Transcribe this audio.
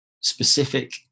specific